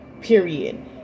period